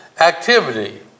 activity